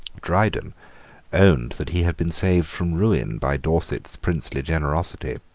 dryden owned that he had been saved from ruin by dorset's princely generosity.